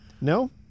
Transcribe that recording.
No